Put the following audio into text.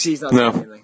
No